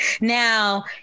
Now